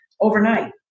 overnight